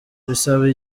bisaba